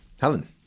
Helen